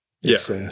Yes